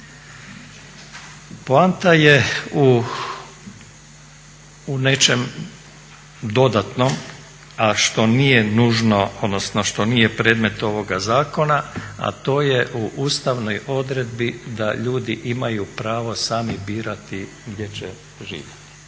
Poanta je u nečem dodatnom, a što nije nužno odnosno što nije predmet ovoga zakona, a to je u ustavnoj odredbi da ljudi imaju pravo sami birati gdje će živjeti,